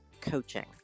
coaching